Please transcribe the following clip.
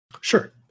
Sure